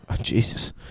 Jesus